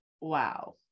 wow